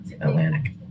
Atlantic